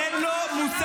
אין לו מושג.